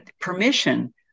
permission